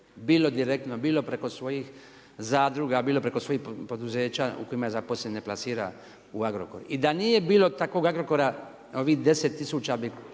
bilo direktno, bilo preko svojih zadruga, bilo preko svojih poduzeća u kojima ima zaposlene plasira u Agrokor. I da nije bilo takvog Agrokora ovih 10000 bi